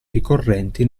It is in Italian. ricorrenti